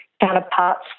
counterparts